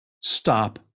stop